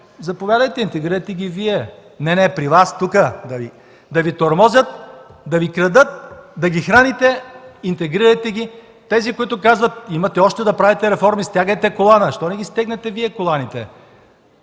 Заповядайте, интегрирайте ги вие! „Не, не, при вас, тук!” Да ви тормозят, да ви крадат, да ги храните, интегрирайте ги. Тези, които казват: „Имате още да правите реформи, стягайте колана!”. Защо не ги стегнете вие коланите?